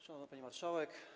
Szanowna Pani Marszałek!